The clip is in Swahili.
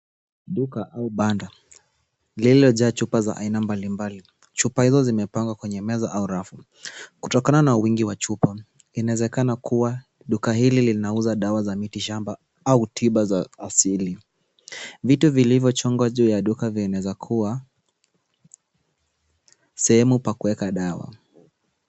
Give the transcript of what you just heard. Duka au banda lililojaa chupa za aina mbalimbali. Chupa hizo zimepangwa kwenye meza au rafu. Kutokana na wingi wa chupa, inaezekana kuwa duka hili linauza dawa za miti shamba au tiba za asili. Vitu vilivyochongwa juu ya duka vinaezakua sehemu pa kuweka dawa.